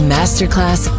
Masterclass